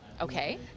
Okay